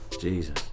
Jesus